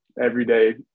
everyday